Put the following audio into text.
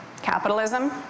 capitalism